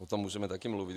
O tom můžeme také mluvit.